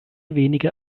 wenige